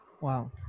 Wow